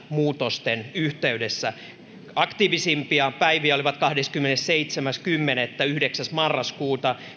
muutosten yhteydessä aktiivisimpia päiviä olivat kahdeskymmenesseitsemäs lokakuuta yhdeksäs marraskuuta